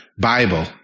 Bible